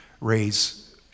raise